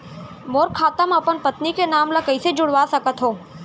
मोर खाता म अपन पत्नी के नाम ल कैसे जुड़वा सकत हो?